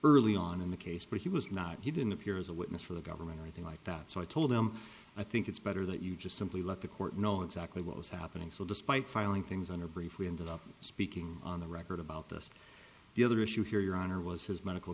early on in the case but he was not he didn't appear as a witness for the government or a thing like that so i told him i think it's better that you just simply let the court know exactly what was happening so despite filing things under brief we ended up speaking on the record about this the other issue here your honor was his medical